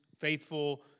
faithful